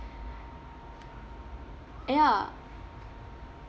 ya